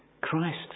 Christ